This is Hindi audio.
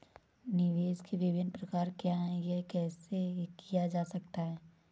निवेश के विभिन्न प्रकार क्या हैं यह कैसे किया जा सकता है?